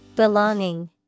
Belonging